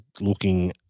looking